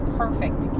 perfect